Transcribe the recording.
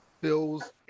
Bill's